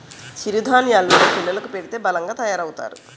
చిరు ధాన్యేలు ను పిల్లలకు పెడితే బలంగా తయారవుతారు